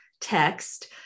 text